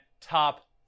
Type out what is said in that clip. top